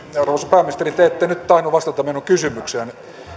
pääministeri te ette nyt tainnut vastata minun kysymykseeni